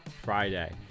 Friday